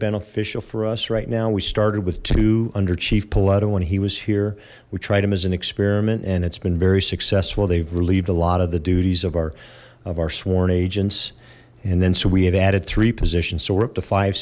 beneficial for us right now we started with two under chief paletta when he was here we tried him as an experiment and it's been very successful they've relieved a lot of the duties of our of our sworn agents and then so we have added three positions so we're up to five